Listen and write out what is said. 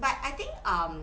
but I think um